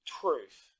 truth